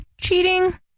cheating